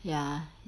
ya